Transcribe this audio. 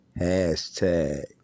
Hashtag